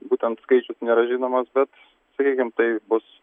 būtent skaičius nėra žinomas bet sakykim tai bus